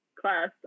class